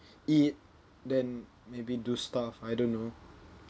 eat then maybe do stuff I don't know